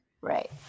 Right